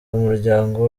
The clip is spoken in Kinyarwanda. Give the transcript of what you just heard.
umuryango